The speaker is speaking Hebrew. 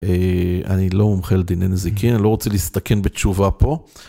אני לא מומחה לדיני נזיקין, אני לא רוצה להסתכן בתשובה פה.